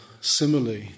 simile